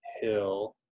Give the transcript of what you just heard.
hill